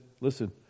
listen